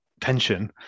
tension